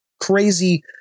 crazy